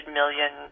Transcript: million